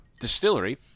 Distillery